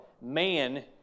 Man